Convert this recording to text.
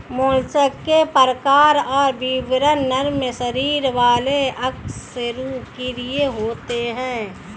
mollusc के प्रकार और विवरण नरम शरीर वाले अकशेरूकीय होते हैं